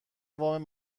وام